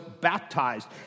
baptized